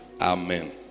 Amen